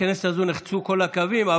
בכנסת הזאת נחצו כל הקווים.